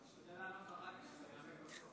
נשתדל לענות,